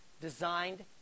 designed